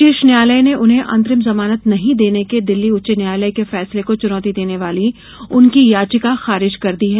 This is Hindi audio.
शीर्ष न्यायालय ने उन्हें अंतरिम जमानत नहीं देने के दिल्ली उच्च न्यायालय के फैसले को चुनौती देने वाली उनकी याचिका खारिज कर दी है